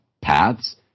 paths